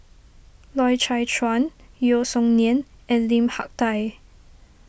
Loy Chye Chuan Yeo Song Nian and Lim Hak Tai